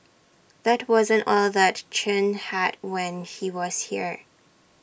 that wasn't all that Chen had when he was here